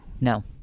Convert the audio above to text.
No